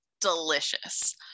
delicious